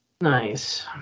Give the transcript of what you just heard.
nice